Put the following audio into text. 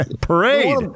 Parade